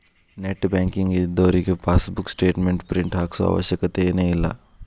net banking ಇದ್ದೋರಿಗೆ passbook statement print ಹಾಕ್ಸೋ ಅವಶ್ಯಕತೆನ ಇಲ್ಲಾ